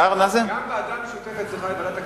גם ועדה משותפת צריכה את ועדת הכנסת.